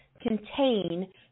contain